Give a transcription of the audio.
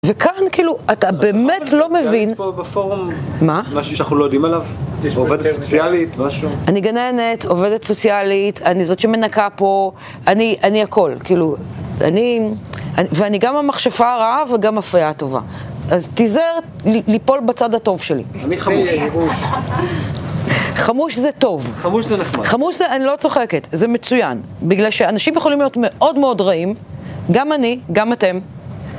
וכאן, כאילו, אתה באמת לא מבין... את עובדת פה בפורום? מה? משהו שאנחנו לא יודעים עליו? עובדת סוציאלית, משהו? אני גננת, עובדת סוציאלית, אני זאת שמנקה פה, אני הכל. כאילו, אני... ואני גם המכשפה הרעה וגם הפייה הטובה. אז תיזהר ליפול בצד הטוב שלי. אני חמוש. חמוש זה טוב. חמוש זה נחמד. חמוש זה, אני לא צוחקת, זה מצוין. בגלל שאנשים יכולים להיות מאוד מאוד רעים, גם אני, גם אתם.